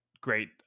great